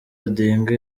odinga